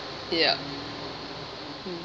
ya